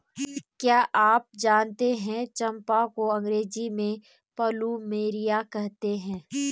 क्या आप जानते है चम्पा को अंग्रेजी में प्लूमेरिया कहते हैं?